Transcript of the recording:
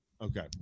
Okay